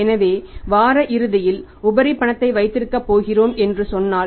எனவே வார இறுதியில் உபரி பணத்தை வைத்திருக்கப் போகிறோம் என்று சொன்னால்